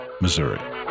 Missouri